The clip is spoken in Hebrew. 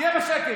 תהיה בשקט.